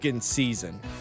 season